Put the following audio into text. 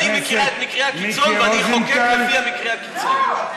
אני מכירה את מקרי הקיצון ואני אחוקק לפי מקרי הקיצון,